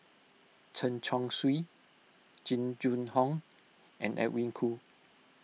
Chen Chong Swee Jing Jun Hong and Edwin Koo